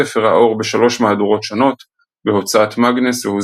הספר ראה אור בשלוש מהדורות שונות בהוצאת מאגנס והוא